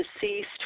deceased